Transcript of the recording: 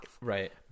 Right